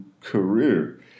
career